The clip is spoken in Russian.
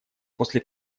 после